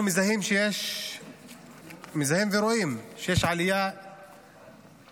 אנחנו מזהים ורואים שיש עלייה דרסטית